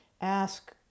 Ask